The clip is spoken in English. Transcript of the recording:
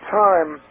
time